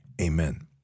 amen